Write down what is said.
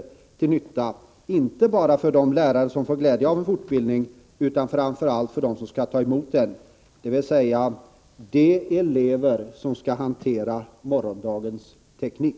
Den skall fortsätta inte bara till nytta för de lärare som får glädje av fortbildningen, utan framför allt för dem som skall ta emot den, dvs. de elever som skall hantera morgondagens teknik.